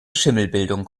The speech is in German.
schimmelbildung